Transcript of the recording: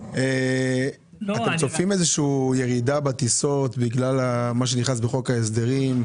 אתם צופים איזו שהיא ירידה בטיסות בגלל מה שנכנס בחוק ההסדרים?